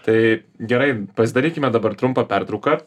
tai gerai pasidarykime dabar trumpą pertrauką